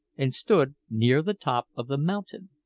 and stood near the top of the mountain.